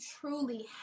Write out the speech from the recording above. truly